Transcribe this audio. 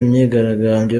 imyigaragambyo